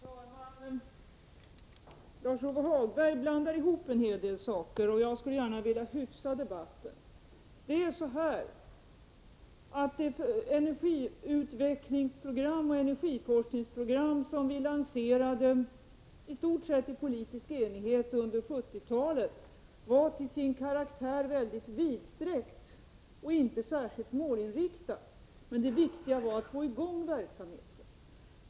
Fru talman! Lars-Ove Hagberg blandar ihop en hel del saker, och jag skulle vilja hyfsa debatten. Det energiutvecklingsprogram och energiforskningsprogram som vi — i stort sett i politisk enighet — lanserade under 1970-talet var till sin karaktär mycket vidsträckt och inte särskilt målinriktat. Det viktigaste var emellertid att få i gång verksamheter.